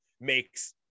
makes –